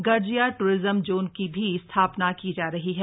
Garjiya tourism zone की भी स्थापना की जा रही है